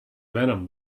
venom